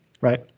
right